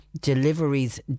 deliveries